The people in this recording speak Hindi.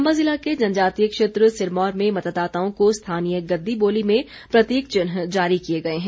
चम्बा जिला के जनजातीय क्षेत्र भरमौर में मतदाताओं को स्थानीय गद्दी बोली में प्रतीक चिन्ह जारी किए गए हैं